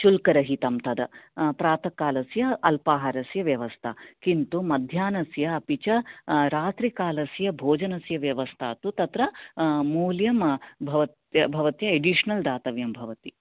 शुल्क रहितं तद् प्रातकालस्य अल्पाहारस्य व्यवस्था किन्तु मध्याह्नस्य अपि च रात्रिकालस्य भोजनस्य व्यवस्था तु तत्र मूल्यं भवत् भवति एडिशनल् दातव्यं भवति